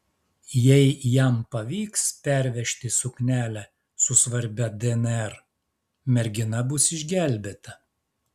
jei jam pavyks pervežti suknelę su svarbia dnr mergina bus išgelbėta